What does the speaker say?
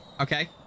Okay